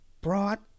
brought